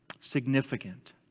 significant